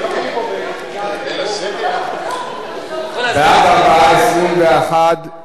21 נגד.